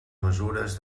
mesures